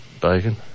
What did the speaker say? Bacon